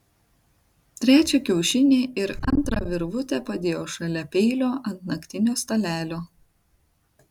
trečią kiaušinį ir antrą virvutę padėjo šalia peilio ant naktinio stalelio